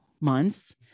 months